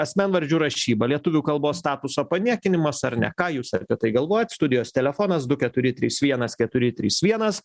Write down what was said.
asmenvardžių rašyba lietuvių kalbos statuso paniekinimas ar ne ką jūs apie tai galvojat studijos telefonas du keturi trys vienas keturi trys vienas